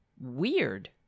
weird